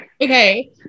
Okay